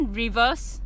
reverse